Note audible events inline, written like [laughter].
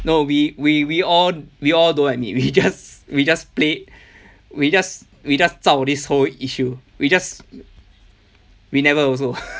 no we we we all we all don't admit we just we just play we just we just zhao this whole issue we just we never also [laughs]